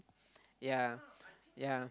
yeah yeah